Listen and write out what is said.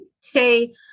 say